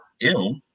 ill